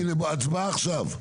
הנה, הצבעה עכשיו.